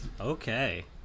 Okay